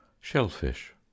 shellfish